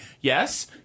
yes